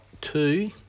two